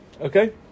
okay